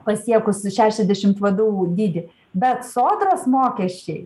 pasiekus šešiasdešimt vdu dydį bet sodros mokesčiai